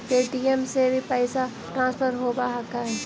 Paytm से भी पैसा ट्रांसफर होवहकै?